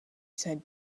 said